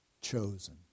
chosen